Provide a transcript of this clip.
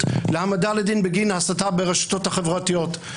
להעמדה לדין בגין הסתה ברשתות החברתיות.